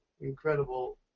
incredible